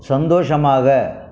சந்தோஷமாக